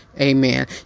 amen